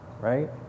right